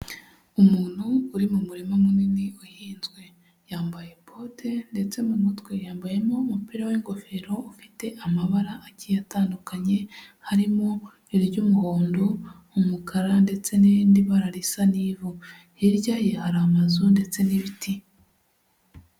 Umuntu uri mu murima munini uhinzwe, yambaye bote ndetse mu mutwe yambayemo umupira w'ingofero ufite amabara agiye atandukanye harimo iry'umuhondo, umukara ndetse n'irindi bara risa n'ivu, hirya ye hari amazu ndetse n'ibiti.